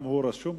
גם הוא רשום.